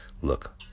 look